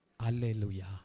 Hallelujah